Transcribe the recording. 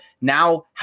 Now